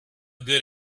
good